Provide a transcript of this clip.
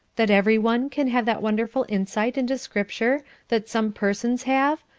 that every one can have that wonderful insight into scripture that some persons have,